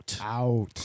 Out